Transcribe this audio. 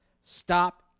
Stop